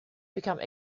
become